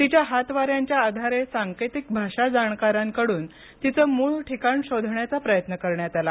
तिच्या हातवाऱ्यांच्या आधारे सांकेतिक भाषा जाणकारांकडून तिचे मूळ ठिकाण शोधण्याचा प्रयत्न करण्यात आला